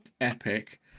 epic